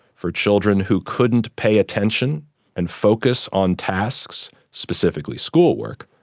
for children who couldn't pay attention and focus on tasks, specifically schoolwork,